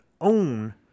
own